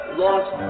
lost